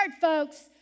folks